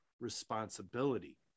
responsibility